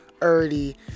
early